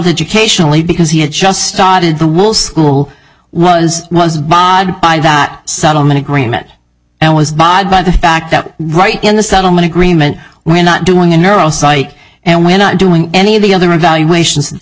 educationally because he had just started the will school was once bought by that settlement agreement and was bought by the fact that right in the settlement agreement we're not doing a neural psych and we're not doing any of the other evaluations th